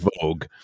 vogue